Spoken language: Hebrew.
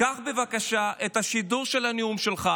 קח בבקשה את השידור של הנאום שלך